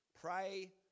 pray